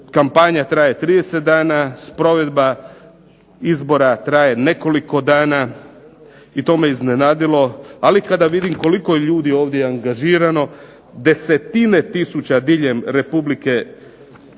Kampanja traje 30 dana, sprovedba izbora traje nekoliko dana i to me iznenadilo, ali kada vidim koliko ljudi je ovdje angažirano, 10-tine tisuća diljem Republike